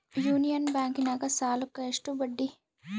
Union ಬ್ಯಾಂಕಿನಾಗ ಸಾಲುಕ್ಕ ಎಷ್ಟು ಬಡ್ಡಿ?